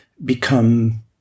become